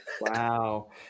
Wow